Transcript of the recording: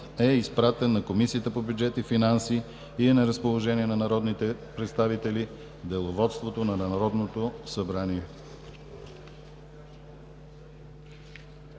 е изпратен на Комисията по бюджет и финанси и е на разположение на народните представители в Деловодството на Народното събрание.